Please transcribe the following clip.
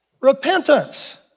repentance